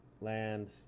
land